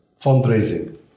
fundraising